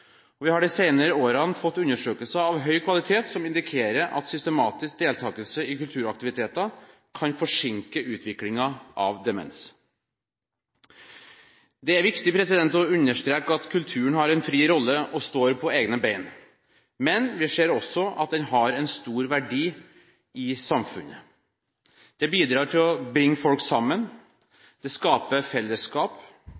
og vi har de senere årene fått undersøkelser av høy kvalitet som indikerer at systematisk deltakelse i kulturaktiviteter kan forsinke utviklingen av demens. Det er viktig å understreke at kulturen har en fri rolle og står på egne ben, men vi ser også at den har en stor verdi i samfunnet. Det bidrar til å bringe folk